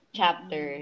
chapter